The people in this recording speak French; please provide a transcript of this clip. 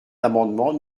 l’amendement